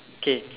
okay